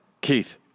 Keith